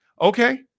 Okay